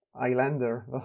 islander